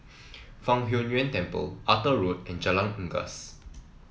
Fang Huo Yuan Temple Arthur Road and Jalan Unggas